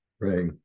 Right